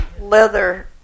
leather